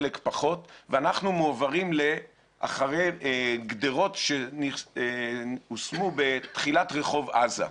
חלק פחות ואנחנו מועברים אחרי גדרות שהושמו בתחילת רחוב עזה.